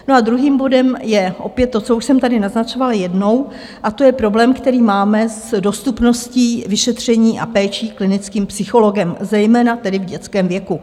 A druhým bodem je opět to, co už jsem tady naznačovala jednou, a to je problém, který máme s dostupností vyšetření a péčí klinickým psychologem, zejména v dětském věku.